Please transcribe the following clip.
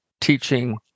teaching